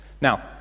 Now